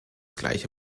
gleiche